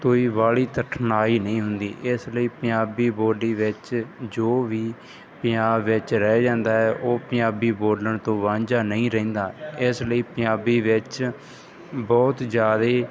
ਕੋਈ ਬਾਹਲੀ ਕਠਿਨਾਈ ਨਹੀਂ ਹੁੰਦੀ ਇਸ ਲਈ ਪੰਜਾਬੀ ਬੋਲੀ ਵਿੱਚ ਜੋ ਵੀ ਪੰਜਾਬ ਵਿੱਚ ਰਹਿ ਜਾਂਦਾ ਹੈ ਉਹ ਪੰਜਾਬੀ ਬੋਲਣ ਤੋਂ ਵਾਂਝਾ ਨਹੀਂ ਰਹਿੰਦਾ ਇਸ ਲਈ ਪੰਜਾਬੀ ਵਿੱਚ ਬਹੁਤ ਜ਼ਿਆਦਾ